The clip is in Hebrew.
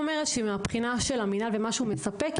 מהבחינה של המינהל ומה שהוא מספק,